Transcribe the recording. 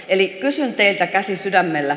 eli kysyn teiltä käsi sydämellä